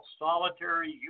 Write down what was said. solitary